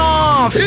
off